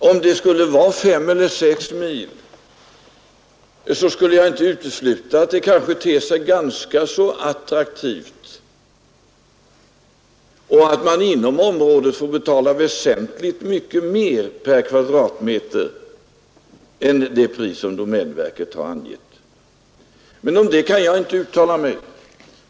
Om det skulle vara 5 eller 6 mil skulle jag inte utesluta att det kanske ter sig ganska attraktivt och att man inom området får betala väsentligt mycket mer per kvadratmeter än det pris som domänverket har angett. Men om det kan jag inte uttala mig.